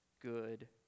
good